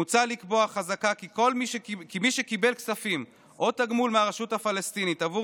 מוצע לקבוע חזקה כי מי שקיבל כספים או תגמול מהרשות הפלסטינית עבור